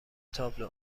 تابلو